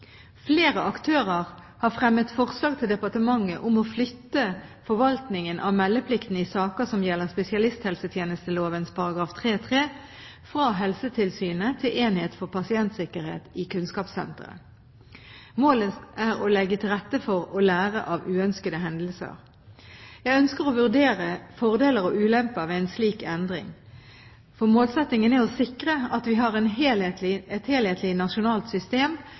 Flere aktører har fremmet forslag til departementet om å flytte forvaltningen av meldeplikten i saker som gjelder spesialisthelsetjenesteloven § 3-3, fra Helsetilsynet til enhet for pasientsikkerhet i Kunnskapssenteret. Målet er å legge til rette for å lære av uønskede hendelser. Jeg ønsker å vurdere fordeler og ulemper ved en slik endring. Målsettingen er å sikre at vi har et helhetlig nasjonalt system